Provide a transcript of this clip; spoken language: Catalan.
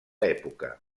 època